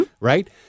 right